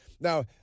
now